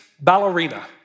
ballerina